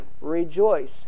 rejoice